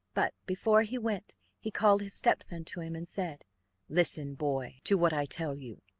but before he went he called his stepson to him and said listen, boy, to what i tell you.